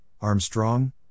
Armstrong